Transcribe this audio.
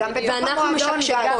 ואנחנו משקשקות.